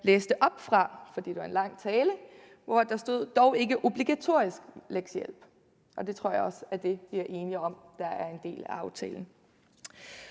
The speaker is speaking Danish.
læste op fra – fordi det var en lang tale. Der stod »dog ikke obligatorisk lektiehjælp«. Jeg tror også, vi er enige om, at det er det, der er en del af aftalen.